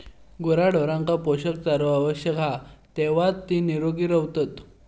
गुराढोरांका पोषक चारो आवश्यक हा तेव्हाच ती निरोगी रवतली